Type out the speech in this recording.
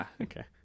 okay